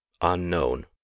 Unknown